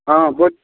हाँ बो